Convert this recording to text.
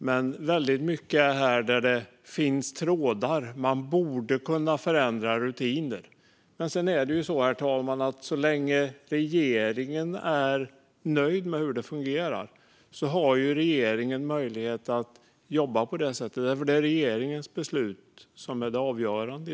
Men här fungerar det mycket så att det finns trådar att dra i för att förändra rutiner, men så länge regeringen är nöjd med hur det fungerar har regeringen möjlighet att jobba på det sättet, herr talman. Det är regeringens beslut som är avgörande.